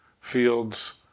Fields